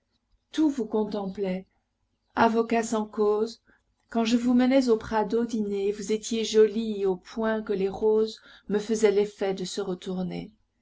tout vous contemplait avocat sans causes quand je vous menais au prado dîner vous étiez jolie au point que les roses me faisaient l'effet de se retourner